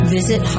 Visit